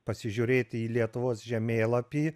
pasižiūrėti į lietuvos žemėlapį